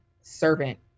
servant